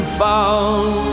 found